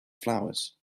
flowers